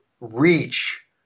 reach